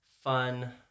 fun